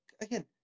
again